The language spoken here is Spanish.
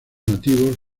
nativos